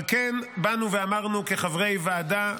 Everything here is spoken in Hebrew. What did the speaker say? אבל כן באנו ואמרנו כחברי ועדה,